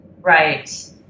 Right